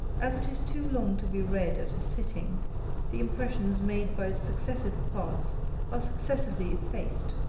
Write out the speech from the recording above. as it is too long to be read at a sitting the impressions made by its successive parts are successively effaced,